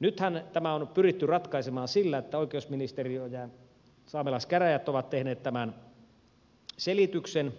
nythän tämä on pyritty ratkaisemaan sillä että oikeusministeriö ja saamelaiskäräjät ovat tehneet tämän selityksen